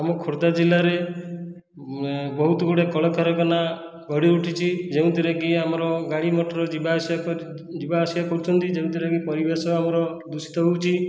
ଆମ ଖୋର୍ଦ୍ଧା ଜିଲ୍ଲାରେ ବହୁତ ଗୁଡ଼େ କଳକାରଖାନା ଗଢ଼ି ଉଠିଛି ଯେଉଁଥିରେକି ଆମର ଗାଡ଼ି ମଟର ଯିବା ଆସିବା ଯିବା ଆସିବା କରୁଛନ୍ତି ଯେଉଁଥିରେକି ପରିବେଶ ଆମର ଦୂଷିତ ହେଉଛି